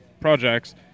projects